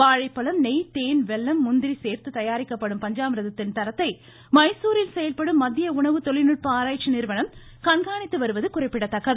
வாழைப்பழம் நெய் தேன் வெல்லம் முந்திரி சேர்த்து தயாரிக்கப்படும் பஞ்சாமிர்தத்தின் தரத்தை மைசூரில் செயல்படும் மத்திய உணவு தொழில்நுட்ப ஆராய்ச்சி நிறுவனம் கண்காணித்து வருவது குறிப்பிடத்தக்கது